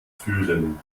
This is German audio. fühlen